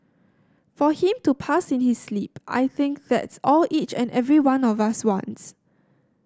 for him to pass in his sleep I think that's all each and every one of us wants